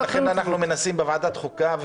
ולכן אנחנו מנסים בוועדת החוקה,